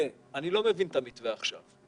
אני לא מבין את המתווה עכשיו.